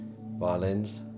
violins